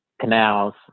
Canals